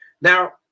Now